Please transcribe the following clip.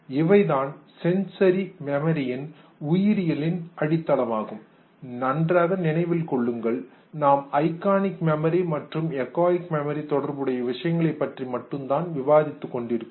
இவை தான் சென்சரி மெமரியின் உயிரியல் அடித்தளமாகும் நன்றாக நினைவில் கொள்ளுங்கள் நாம் ஐகானிக் மெமரி மற்றும் எக்கோயிக் மெமரி தொடர்புடைய விஷயங்களைப் பற்றி மட்டும்தான் விவாதித்துக் கொண்டிருக்கிறோம்